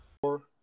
Four